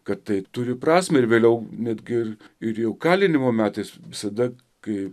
kad tai turi prasmę ir vėliau netgi ir jau kalinimo metais visada kai